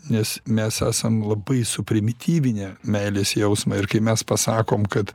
nes mes esam labai suprimityvinę meilės jausmą ir kai mes pasakom kad